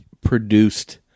produced